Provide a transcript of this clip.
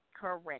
Correct